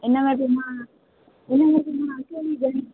इनमें बि मां इन में बि मां अकेली ॼणी